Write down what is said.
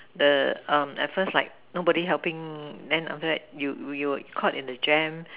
the at first like nobody helping then after that you you were caught in a jam